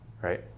right